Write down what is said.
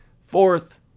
fourth